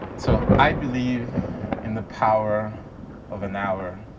so i believe in the power of an hour.